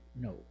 no